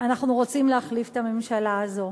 אנחנו רוצים להחליף את הממשלה הזאת,